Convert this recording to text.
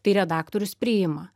tai redaktorius priima